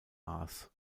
aas